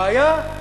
בעיה?